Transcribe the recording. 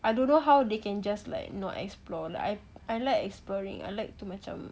I don't know how they can just like not explore lah I I like exploring I like to macam